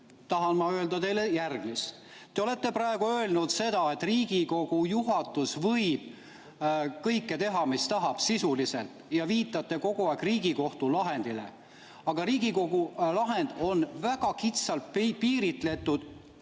tahan ma öelda teile järgmist. Te olete praegu öelnud seda, et Riigikogu juhatus võib teha kõike, mis tahab, sisuliselt, ja viitate kogu aeg Riigikohtu lahendile. Aga Riigikohtu lahend on väga kitsalt piiritletud